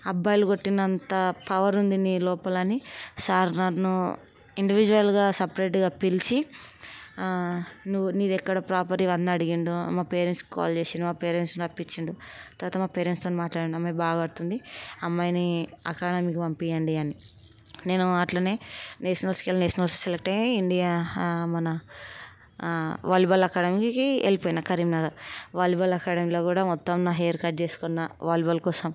అబ్బాయిలు కొట్టినంత పవర్ ఉంది నీ లోపల అని సార్ నన్ను ఇండివిజువల్గా సెపరేట్గా పిలిచి నీది ఎక్కడ ప్రాపర్ ఇవన్నీ అడిగిండు మా పేరెంట్స్కి కాల్ చేసి మా పేరెంట్స్ని రప్పించిండు తర్వాత మా పేరెంట్స్తోన మాట్లాడిన మీ అమ్మాయి బాగా ఆడుతుంది అమ్మాయిని అకాడమిక్కి పంపియండి అని నేను అట్లనే నేషనల్స్కి వెళ్ళి నేషనల్స్కి సెలెక్ట్ అయ్యి ఇండియా మన వాలీబాల్ అకాడమిక్కి వెళ్ళిపోయిన కరీంనగర్ వాలీబాల్ అకాడమిలో కూడా మొత్తం నా హెయిర్ కట్ చేసుకున్నాను వాలీబాల్ కోసం